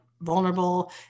vulnerable